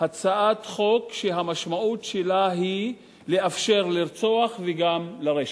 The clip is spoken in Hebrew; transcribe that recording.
הצעת חוק שהמשמעות שלה היא לאפשר לרצוח וגם לרשת.